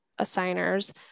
assigners